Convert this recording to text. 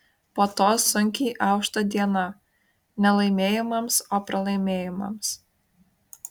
po to sunkiai aušta diena ne laimėjimams o pralaimėjimams